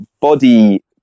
Body